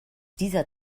dieser